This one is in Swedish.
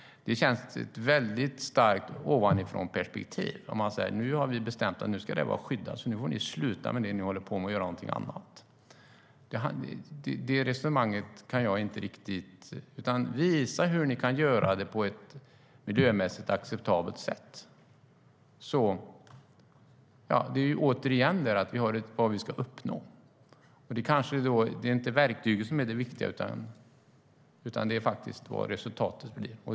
Det känns som ett väldigt starkt ovanifrånperspektiv om man säger: Nu har vi bestämt att det ska vara skyddat, så nu får ni sluta med det ni håller på med och göra någonting annat. Det handlar om att visa hur man kan göra detta på ett miljömässigt acceptabelt sätt. Det viktiga är inte verktyget, utan resultatet vi ska uppnå.